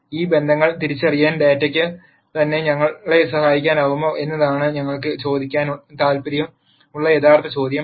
ഈ ബന്ധങ്ങൾ തിരിച്ചറിയാൻ ഡാറ്റയ്ക്ക് തന്നെ ഞങ്ങളെ സഹായിക്കാനാകുമോ എന്നതാണ് ഞങ്ങൾക്ക് ചോദിക്കാൻ താൽപ്പര്യമുള്ള യഥാർത്ഥ ചോദ്യം